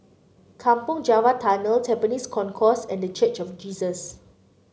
Kampong Java Tunnel Tampines Concourse and The Church of Jesus